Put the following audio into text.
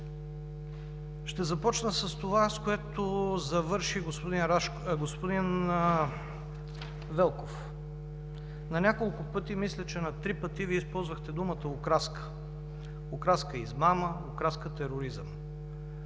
Ще започна с това, с което завърши господин Велков. На няколко пъти, мисля, че на три пъти, Вие използвахте думата окраска: окраска измама, окраска тероризъм.